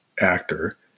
actor